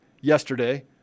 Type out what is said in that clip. yesterday